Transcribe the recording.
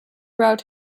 route